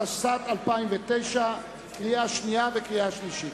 התשס"ט 2009, קריאה שנייה וקריאה שלישית.